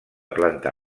planta